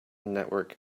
network